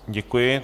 Děkuji.